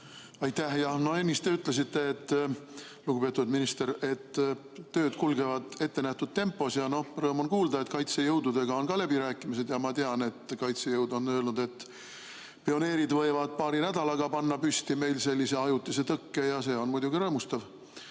Aitäh! No ennist te, lugupeetud minister, ütlesite, et tööd kulgevad ettenähtud tempos, ja rõõm kuulda, et kaitsejõududega on läbi räägitud. Ma tean, et kaitsejõud on öelnud, et pioneerid võivad paari nädalaga panna püsti meil ajutise tõkke, ja see on muidugi rõõmustav.